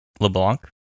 LeBlanc